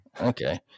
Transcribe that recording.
Okay